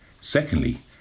Secondly